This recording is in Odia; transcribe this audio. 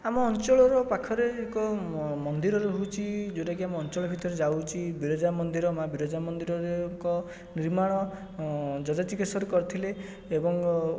ଆମ ଅଞ୍ଚଳର ପାଖରେ ଏକ ମନ୍ଦିର ରହୁଛି ଯେଉଁଟାକି ଆମ ଅଞ୍ଚଳ ଭିତରେ ଯାଉଛି ବିରଜା ମନ୍ଦିର ମା ବିରଜା ମନ୍ଦିରରେ ଏକ ନିର୍ମାଣ ଯଯାତି କେଶରୀ କରିଥିଲେ ଏବଂ